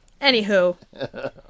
Anywho